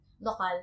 local